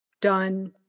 done